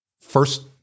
first